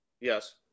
Yes